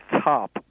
top